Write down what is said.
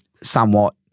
somewhat